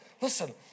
Listen